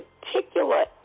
particular